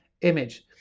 image